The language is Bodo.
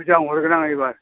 मोजां हरगोन आं एबार